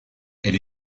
elle